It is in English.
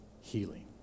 healing